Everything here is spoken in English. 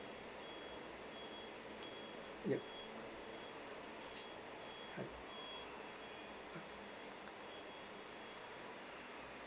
ya hi